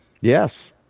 Yes